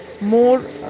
more